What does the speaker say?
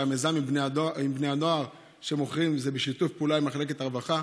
שהמיזם עם בני הנוער שמוכרים הוא בשיתוף עם מחלקת הרווחה.